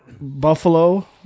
Buffalo